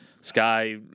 sky